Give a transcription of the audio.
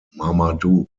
marmaduke